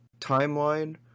timeline